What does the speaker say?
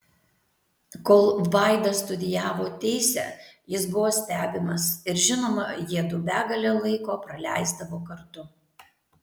kol vaida studijavo teisę jis buvo stebimas ir žinoma jiedu begalę laiko praleisdavo kartu